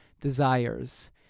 desires